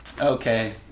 Okay